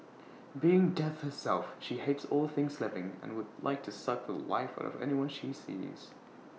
being death herself she hates all things living and would like to suck The Life out of anyone she sees